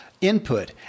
input